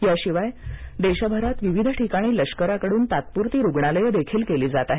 याशिवाय देशभरात विविध ठिकाणी लष्कराकडून तात्पुरती रूग्णालय देखील केली जात आहेत